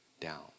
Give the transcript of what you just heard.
down